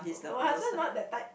my husband's not that type